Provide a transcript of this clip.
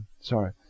sorry